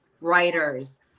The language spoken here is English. writers